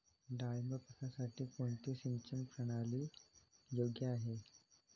डाळिंब पिकासाठी कोणती सिंचन प्रणाली योग्य आहे?